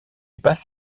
passe